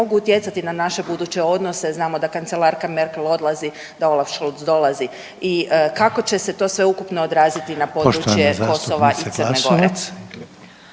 mogu utjecati na naše buduće odnose, znamo da kancelarka Mercel odlazi, a Olaf Scholz dolazi i kako će se to sve ukupno odraziti na područje Kosova i Crne Gore.